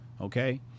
Okay